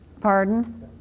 pardon